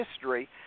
history